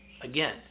Again